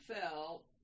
fell